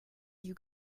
you